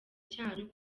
cyanyu